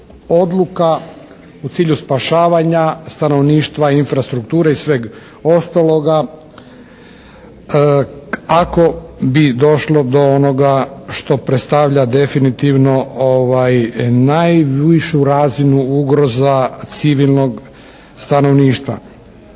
u cilju spašavanja stanovništva, infrastrukture i sveg ostaloga ako bi došlo do noga što predstavlja definitivno najvišu razinu ugroza civilnog stanovništva.